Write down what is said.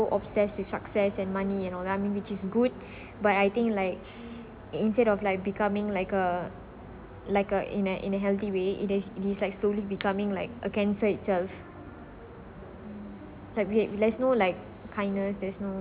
too obsessed with success and money and all I mean which is good but I think like instead of like becoming like a like a in a in a healthy way it is it's like there's no like kindness there's no